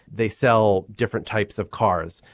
they sell different types of cars.